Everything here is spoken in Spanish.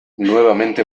nuevamente